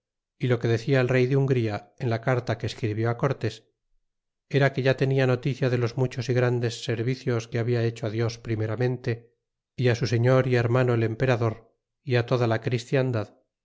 y lo que decia el rey de ungría en la carta que escribió cortés era que ya tenia noticia de los muchos y grandes servicios que habia lecho dios primeramente y su señor y hermano el emperador y toda la christiandad